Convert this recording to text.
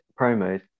promos